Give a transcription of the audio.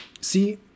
see